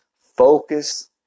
focus